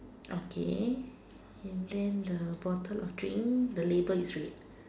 okay and then the bottle of drink the label is red